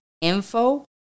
info